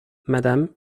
madame